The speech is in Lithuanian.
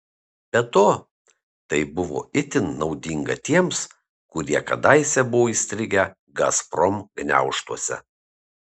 be to tai buvo itin naudinga tiems kurie kadaise buvo įstrigę gazprom gniaužtuose